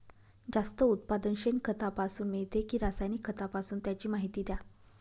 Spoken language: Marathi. जास्त उत्पादन शेणखतापासून मिळते कि रासायनिक खतापासून? त्याची माहिती द्या